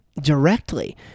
directly